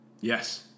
Yes